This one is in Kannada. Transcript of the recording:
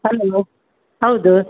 ಹಲೋ ಹೌದು